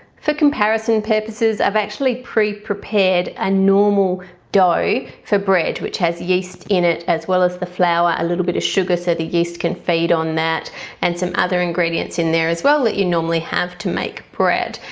for comparison purposes i've actually pre-prepared a normal dough for bread which has yeast in it as well as the flour a little bit of sugar so the yeast can feed on that and some other ingredients in there as well that you normally have to make bread.